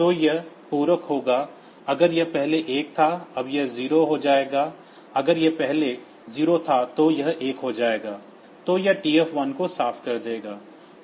तो यह पूरक होगा अगर यह पहले 1 था अब यह 0 हो जाएगा या यदि यह पहले 0 था तो यह 1 हो जाएगा तो यह TF1 को साफ कर रहा है